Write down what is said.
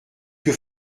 que